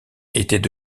étaient